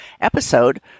episode